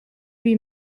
lui